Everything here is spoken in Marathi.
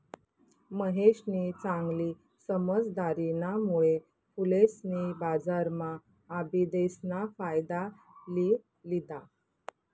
महेशनी चांगली समझदारीना मुळे फुलेसनी बजारम्हा आबिदेस ना फायदा लि लिदा